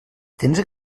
tens